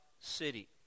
city